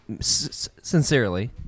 sincerely